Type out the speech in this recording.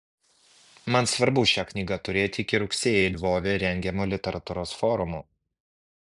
man svarbu šią knygą turėti iki rugsėjį lvove rengiamo literatūros forumo